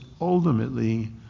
ultimately